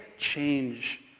change